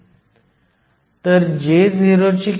तर Dh हा 49 cm2 s 1 आहे